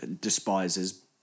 despises